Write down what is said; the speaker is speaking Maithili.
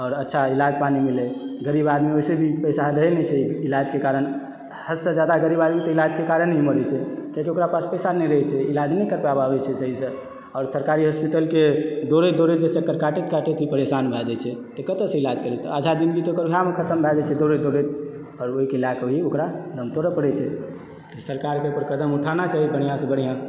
आओर अच्छा ईलाज पानी मिलै गरीब आदमी वैसे भी पैसा रहै नहि छै ईलाज के कारण हदसँ जादा गरीब आदमी तऽ ईलाज के कारण ही मरै छै किएकि ओकरा पास पैसा नहि रहै छै ईलाज नहि करबै पाबै छै सहीसँ आओर सरकारी हॉस्पिटल के दौड़ैत दौड़ैत जे चक्कर काटैत काटैत परेसान भए जाइ छै तऽ कतऽसँ ईलाज करेतै अच्छा दिन तऽ ओकर ओहि मे खतम भए जाइ छै दौड़ैत दौड़ैत अओर ओहि के लए कऽ ओकरा दम तोड़ पड़ै छै सरकारके ओहि पर कदम उठाना चाही बढ़िऑं सॅं बढ़िऑं